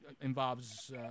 involves –